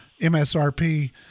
MSRP